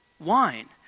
wine